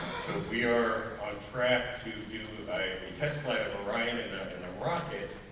so we are on track to do a test flight of orion and then and the rocket